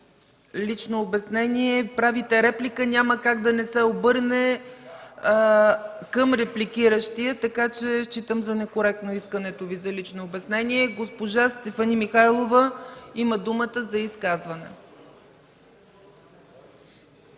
Лично обяснение – правите реплика, няма как да не се обърне към репликиращия, така че считам за некоректно искането Ви за лично обяснение. Госпожа Стефани Михайлова има думата за изказване.